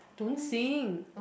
don't sing